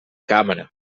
càmera